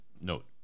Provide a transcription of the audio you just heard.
note